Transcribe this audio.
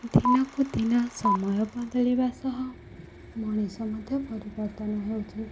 ଦିନକୁ ଦିନ ସମୟ ବଦଳିବା ସହ ମଣିଷ ମଧ୍ୟ ପରିବର୍ତ୍ତନ ହେଉଛି